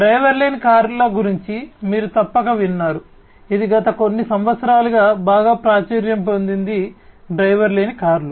driver లేని కార్ల గురించి మీరు తప్పక విన్నారు ఇది గత కొన్ని సంవత్సరాలుగా బాగా ప్రాచుర్యం పొందింది డ్రైవర్ లేని కార్లు